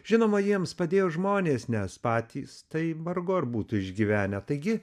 žinoma jiems padėjo žmonės nes patys tai vargu ar būtų išgyvenę taigi